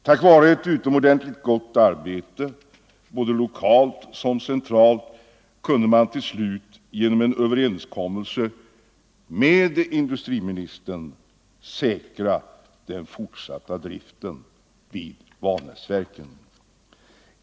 Tack vare ett utomordentligt gott arbete, både lokalt och centralt, kunde man till slut genom en överenskommelse med industriministern säkra den fortsatta driften vid Vanäsverken.